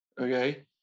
Okay